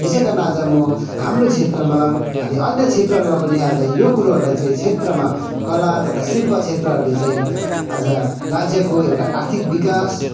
यसै कारण आज म हाम्रो क्षेत्रमा अनि अन्य क्षेत्रहरूमा पनि आज यो कुरोहरूलाई चाहिँ क्षेत्रमा कला तथा शिल्प क्षेत्रहरूले चाहिँ आज राज्यको एउटा आर्थिक विकास